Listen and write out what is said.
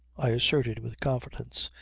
i asserted with confidence.